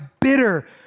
bitter